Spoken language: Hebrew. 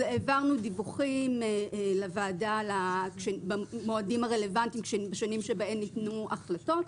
העברנו דיווחים לוועדה במועדים הרלוונטיים לגבי השנים בהן ניתנו החלטות.